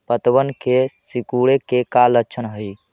पत्तबन के सिकुड़े के का लक्षण हई?